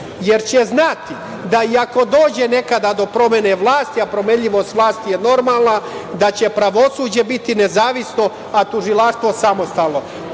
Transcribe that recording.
jer će znati da i ako dođe nekada do promene vlasti, a promenljivost vlasti je normalna, da će pravosuđe biti nezavisno, a tužilaštvo samostalno.